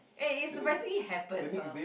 eh it surprisingly happened hor